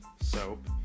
soap